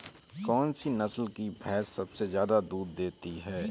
कौन सी नस्ल की भैंस सबसे ज्यादा दूध देती है?